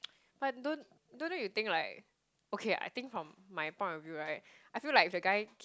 but don't don't know you think like okay I think from my point of view right I feel like if the guy